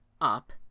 up